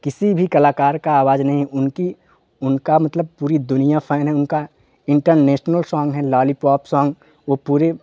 किसी भी कलाकार का आवाज़ नहीं उनकी उनका मतलब पूरी दूनिया फैन है उनका इंटिरनेशनल साँग है लालीपॉप साँग वो पूरी